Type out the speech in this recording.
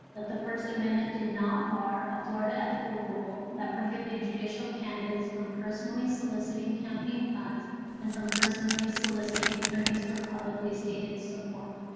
that the first amendment did not bar a florida ethical rule that prohibited judicial candidates from personally soliciting campaign funds and from personally soliciting attorneys for publicly stated support.